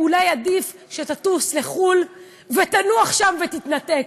אולי עדיף שתטוס לחו"ל ותנוח שם ותתנתק?